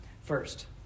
first